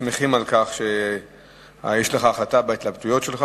סעיפים 1 2 נתקבלו.